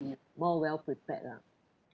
be more well prepared lah